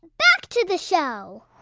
back to the show